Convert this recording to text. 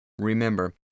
Remember